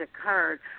occurred